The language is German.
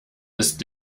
ist